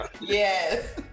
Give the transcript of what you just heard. Yes